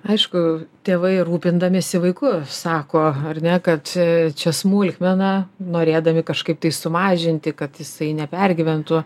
aišku tėvai rūpindamiesi vaiku sako ar ne kad čia čia smulkmena norėdami kažkaip tai sumažinti kad jisai nepergyventų